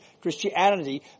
Christianity